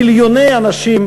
מיליוני אנשים,